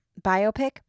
biopic